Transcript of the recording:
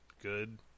good